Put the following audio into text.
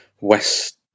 West